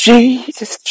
Jesus